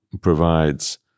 provides